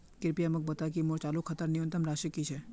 कृपया मोक बता कि मोर चालू खातार न्यूनतम राशि की छे